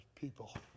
people